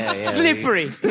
Slippery